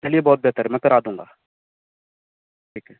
چلیے بہت بہتر ہے میں کرا دوں گا ٹھیک ہے